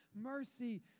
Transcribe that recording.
mercy